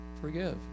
forgive